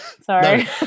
sorry